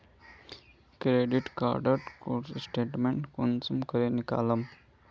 Credit कार्डेर statement कुंसम करे निकलाम?